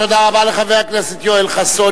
תודה רבה לחבר הכנסת יואל חסון.